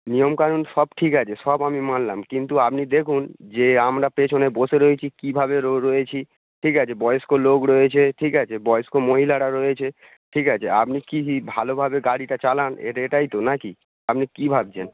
নিয়ম কানুন সব ঠিক আছে সব আমি মানলাম কিন্তু আপনি দেখুন যে আমরা পেছনে বসে রয়েছি কীভাবে র রয়েছি ঠিক আছে বয়স্ক লোক রয়েছে ঠিক আছে বয়স্ক মহিলারা রয়েছে ঠিক আছে আপনি কী কী ভালোভাবে গাড়িটা চালান এটা এটাই তো নাকি আপনি কী ভাবছেন